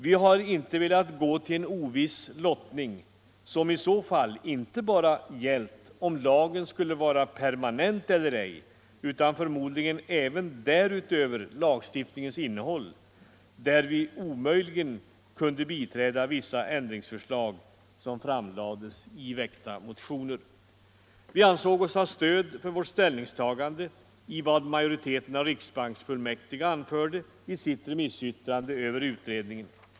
Vi har inte velat gå till en oviss lottning, som i så fall inte bara gällt om lagen skulle vara permanent eller ej, utan förmodligen även lagstiftningens innehåll, där vi omöjligen kunde biträda vissa ändringsförslag som framlades i väckta motioner. Vi ansåg oss ha stöd för vårt ställningstagande i vad majoriteten av riksbanksfullmäktige anförde i sitt remissyttrande över utredningen.